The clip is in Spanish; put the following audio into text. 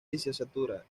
literatura